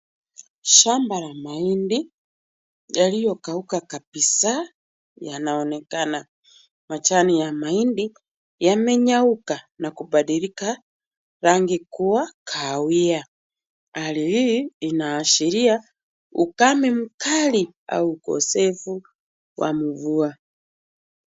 Shamba ya mahindi yaliyokauka kabisa yanaonekana. Majani ya mahindi yamenyauka na kubadilika rangi kuwa kahawia. Hali hii inaashiria ukame mkali au ukosefu wa mvua.